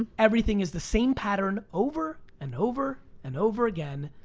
and everything is the same pattern, over, and over, and over again.